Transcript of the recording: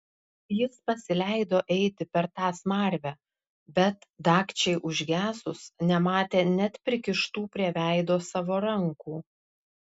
jis pasileido eiti per tą smarvę bet dagčiai užgesus nematė net prikištų prie veido savo rankų